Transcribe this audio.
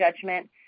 judgment